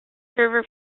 server